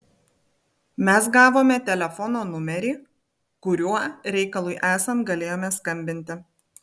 mes gavome telefono numerį kuriuo reikalui esant galėjome skambinti